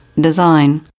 design